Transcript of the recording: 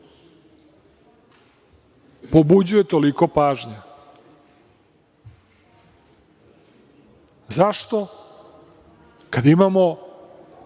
pobuđuje toliko pažnje? Zašto kada imamo